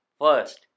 first